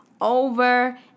over